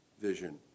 vision